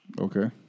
Okay